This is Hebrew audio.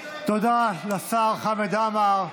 תודה לשר חמד עמאר.